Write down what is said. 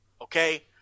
okay